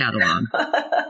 catalog